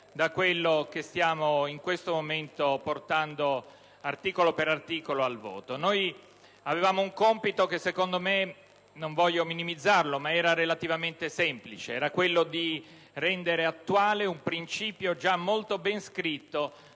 da quello che in questo momento stiamo portando al voto articolo per articolo. Avevamo un compito che secondo me - non voglio minimizzarlo - era relativamente semplice: quello di rendere attuale un principio già molto ben scritto